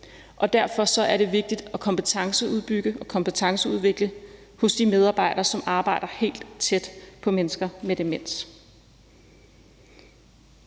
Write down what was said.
og derfor er det vigtigt at kompetenceudbygge og kompetenceudvikle de medarbejdere, som arbejder helt tæt på mennesker med demens.